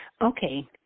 Okay